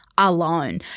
Alone